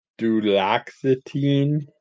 duloxetine